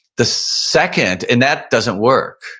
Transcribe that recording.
the second, and that doesn't work,